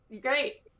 great